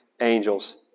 Angels